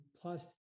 plus